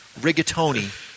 rigatoni